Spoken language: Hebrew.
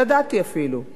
רק נודע לי אחר כך,